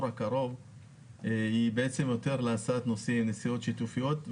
הקרוב היא בעצם להסעת נוסעים בנסיעות שיתופיות,